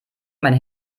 meine